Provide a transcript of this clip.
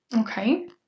okay